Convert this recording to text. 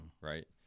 right